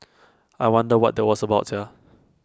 I wonder what that was about Sia